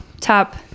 top